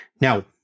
Now